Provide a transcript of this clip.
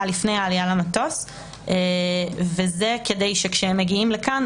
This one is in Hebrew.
לפני העלייה למטוס וזה כדי שכאשר הם מגיעים לכאן,